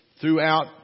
throughout